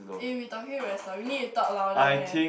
eh we talking very soft you need to talk louder man